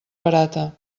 barata